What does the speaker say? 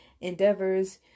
endeavors